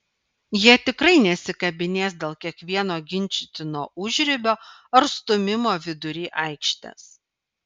jie tikrai nesikabinės dėl kiekvieno ginčytino užribio ar stūmimo vidury aikštės